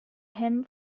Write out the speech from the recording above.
him